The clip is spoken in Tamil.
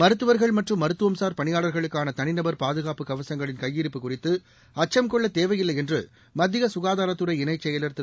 மருத்துவர்கள் மற்றும் மருத்துவம்சார் பணியாளாகளுக்கானதனிநபர் பாதுகாப்பு கவசங்களின் கையிருப்பு குறித்துஅச்சம் கொள்ளத் தேவையில்லைஎன்றுமத்தியசுகாதாரத்துறை இணைச் செயலர் திரு